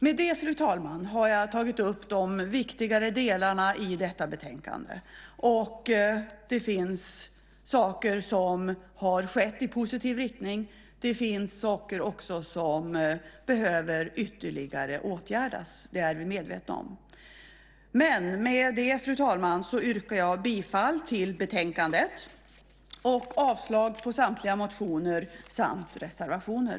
Med det, fru talman, har jag tagit upp de viktigare delarna i detta betänkande. Det finns saker som har skett i positiv riktning. Det finns saker som behöver ytterligare åtgärdas. Det är vi medvetna om. Med det, fru talman, yrkar jag bifall till förslaget i betänkandet och avslag på samtliga motioner samt reservationer.